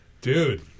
dude